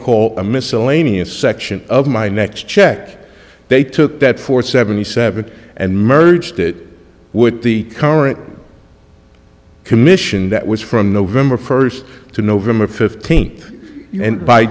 call a miscellaneous section of my next check they took that for seventy seven and merged it would be current commission that was from november first to november fifteenth and by